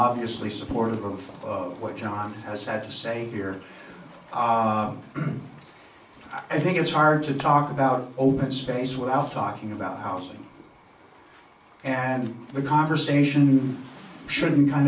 obviously supportive of what john has had to say here i think it's hard to talk about open space without talking about house and the conversation shouldn't kind